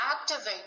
activate